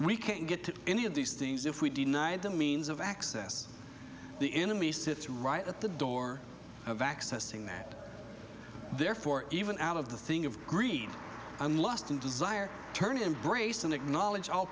we can't get to any of these things if we deny them a means of access the enemy sits right at the door of accessing that therefore even out of the thing of greed and lust and desire turn embrace and acknowledge all